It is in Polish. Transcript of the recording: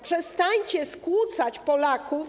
Przestańcie skłócać Polaków.